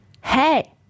Hey